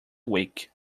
week